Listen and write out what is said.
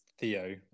Theo